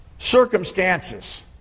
circumstances